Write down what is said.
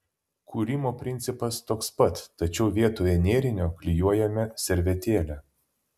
kūrimo principas toks pat tačiau vietoj nėrinio klijuojame servetėlę